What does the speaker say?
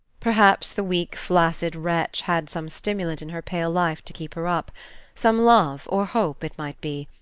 perhaps the weak, flaccid wretch had some stimulant in her pale life to keep her up some love or hope, it might be,